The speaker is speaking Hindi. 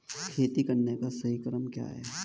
खेती करने का सही क्रम क्या है?